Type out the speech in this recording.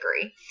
agree